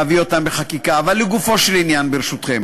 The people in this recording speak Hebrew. אבל לגופו של עניין, ברשותכם,